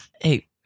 Hey